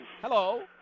Hello